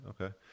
okay